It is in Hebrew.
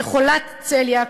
כחולת צליאק,